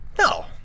No